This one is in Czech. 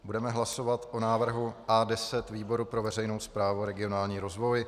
Budeme hlasovat o návrhu A10 výboru pro veřejnou správu a regionální rozvoj.